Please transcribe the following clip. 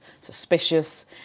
suspicious